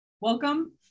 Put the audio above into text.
Welcome